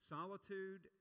Solitude